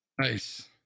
Nice